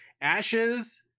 Ashes